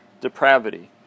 depravity